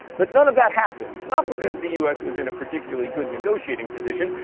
but none of that happened, not because the u s. was in a particularly good negotiating position,